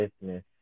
Business